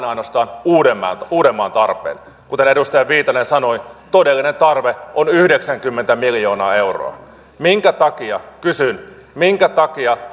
ainoastaan uudenmaan uudenmaan tarpeet kuten edustaja viitanen sanoi todellinen tarve on yhdeksänkymmentä miljoonaa euroa kysyn minkä takia